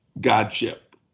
godship